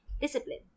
discipline